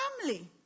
family